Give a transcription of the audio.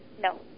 No